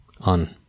on